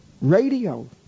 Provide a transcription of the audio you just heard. Radio